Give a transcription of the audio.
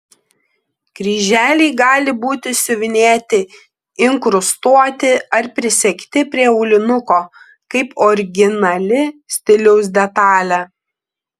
kryželiai gali būti siuvinėti inkrustuoti ar prisegti prie aulinuko kaip originali stiliaus detalė